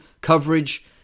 coverage